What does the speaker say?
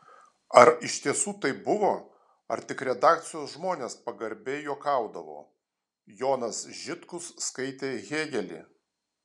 ar iš tiesų taip buvo ar tik redakcijos žmonės pagarbiai juokaudavo jonas žitkus skaitė hėgelį